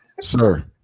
sir